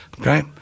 Okay